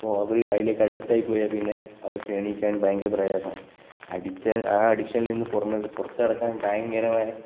അപ്പോൾ അവർ അതിലേക്കു അഡിക്റ്റ് ആയി പോയാല് പിന്നെ അവര്ക്ക് എണീക്കാന് ഭയങ്കര പ്രയാസമാണ് അഡിക്റ്റ് ആ അഡിക്ഷനില് നിന്ന് പുറമേ പുറത്തു കടക്കാന് ഭയങ്കരമായ